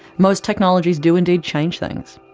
most technologies do indeed change things.